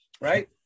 right